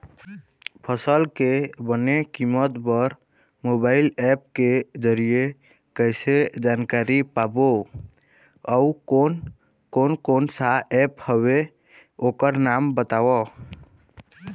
फसल के बने कीमत बर मोबाइल ऐप के जरिए कैसे जानकारी पाबो अउ कोन कौन कोन सा ऐप हवे ओकर नाम बताव?